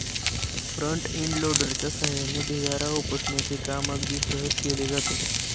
front end लोडरच्या सहाय्याने ढिगारा उपसण्याचे काम अगदी सहज केले जाते